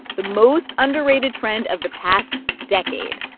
the most underrated trend of the past decade.